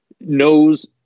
knows